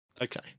Okay